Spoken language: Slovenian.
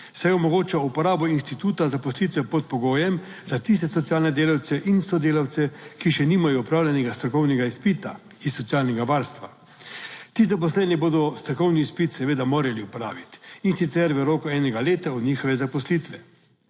saj omogoča uporabo instituta zaposlitve pod pogojem za tiste socialne delavce in sodelavce, ki še nimajo opravljenega strokovnega izpita iz socialnega varstva. Ti zaposleni bodo strokovni izpit seveda morali opraviti, in sicer v roku enega leta od njihove zaposlitve.